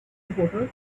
reporter